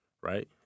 right